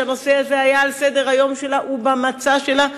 שהנושא הזה היה על סדר-היום שלה ובמצע שלה,